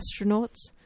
astronauts